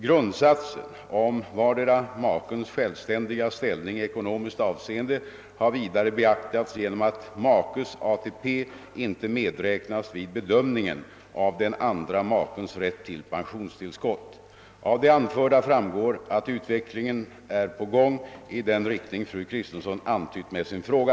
Grundsatsen om vardera makens självständiga ställning i ekonomiskt avseende har vidare beaktats genom att makes ATP inte medräknas vid bedömningen av den andra makens rätt till pensionstillskott. Av det anförda framgår att utvecklingen är på gång i den riktning fru Kristensson antytt med sin fråga.